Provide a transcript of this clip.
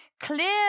clear